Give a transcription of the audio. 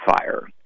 fire